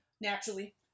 Naturally